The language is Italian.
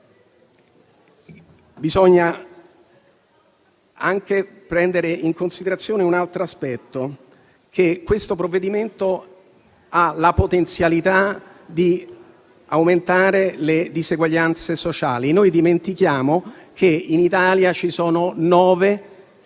Bisogna anche prendere in considerazione un altro aspetto. Questo provvedimento ha la potenzialità di aumentare le diseguaglianze sociali. Noi ci dimentichiamo che in Italia ci sono 9